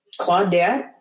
Claudette